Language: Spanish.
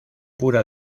pura